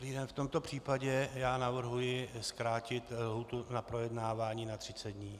V tomto případě já navrhuji zkrátit lhůtu na projednávání na 30 dní.